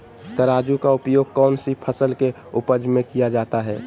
तराजू का उपयोग कौन सी फसल के उपज में किया जाता है?